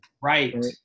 right